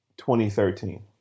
2013